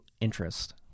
interest